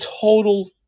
total